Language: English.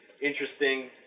interesting